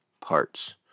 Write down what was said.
parts